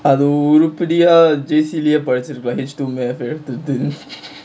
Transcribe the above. அது உருப்பிடியா:athu uruppidiyaa J_C lah படிச்சிருக்கலா:padichirukkalaa H two math எடுத்துட்டு:eduthuttu